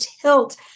tilt